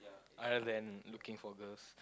other than looking for girls